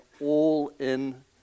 all-in